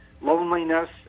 loneliness